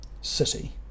city